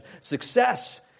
Success